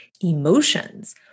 emotions